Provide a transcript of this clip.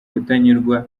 kutanyurwa